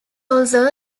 also